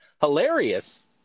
Hilarious